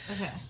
Okay